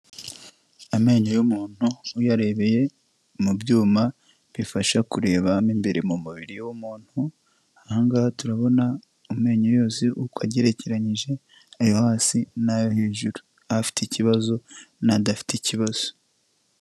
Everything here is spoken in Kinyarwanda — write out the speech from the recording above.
Amenyo y'umuntu uyarebeye mu byuma bifasha kurebamo imbere mu mubiri w'umuntu ahangaha turabona amenyo yose uko agereranyije ayo hasi n'ayo hejuru aba afite ikibazo n'adafite ikibazo.